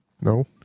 No